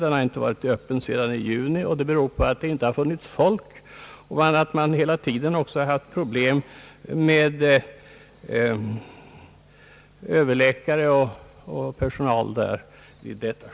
Den har inte va rit öppen sedan i juni, och det beror på att det inte har funnits folk och att man hela tiden också haft problem med överläkare och annan personal vid sjukhuset.